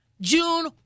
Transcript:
June